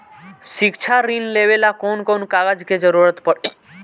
शिक्षा ऋण लेवेला कौन कौन कागज के जरुरत पड़ी?